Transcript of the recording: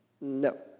No